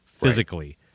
physically